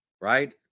right